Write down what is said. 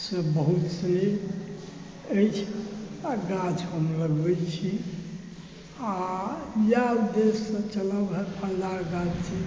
सॅं बहुत स्नेह अछि आ गाछ हम लगबै छी आओर इएह उद्देश्यसॅं चलल रहय फलनाक गाछ छी